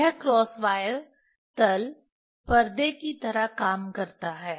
यह cross wire तल पर्दे की तरह काम करता है